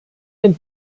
den